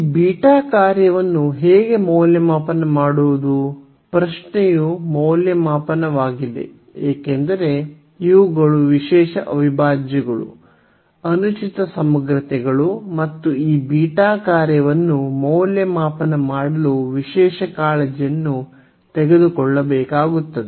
ಈ ಬೀಟಾ ಕಾರ್ಯವನ್ನು ಹೇಗೆ ಮೌಲ್ಯಮಾಪನ ಮಾಡುವುದು ಪ್ರಶ್ನೆಯು ಮೌಲ್ಯಮಾಪನವಾಗಿದೆ ಏಕೆಂದರೆ ಇವುಗಳು ವಿಶೇಷ ಅವಿಭಾಜ್ಯಗಳು ಅನುಚಿತ ಸಮಗ್ರತೆಗಳು ಮತ್ತು ಈ ಬೀಟಾ ಕಾರ್ಯವನ್ನು ಮೌಲ್ಯಮಾಪನ ಮಾಡಲು ವಿಶೇಷ ಕಾಳಜಿಯನ್ನು ತೆಗೆದುಕೊಳ್ಳಬೇಕಾಗುತ್ತದೆ